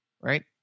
right